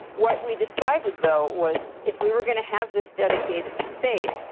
what we decided, though, was if we were going to have this dedicated space,